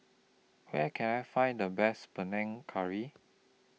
Where Can I Find The Best Panang Curry